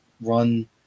run